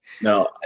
No